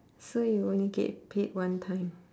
so you only get paid one time